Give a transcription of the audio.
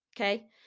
Okay